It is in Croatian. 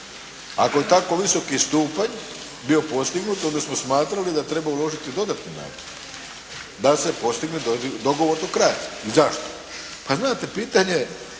Ako je tako visoki stupanj bio postignut onda smo smatrali da treba uložiti dodatni napor da se postigne dogovor do kraja. Zašto? Pa znate pitanje